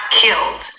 killed